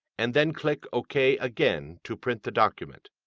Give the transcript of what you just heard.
and then click ok again to print the document.